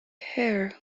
hair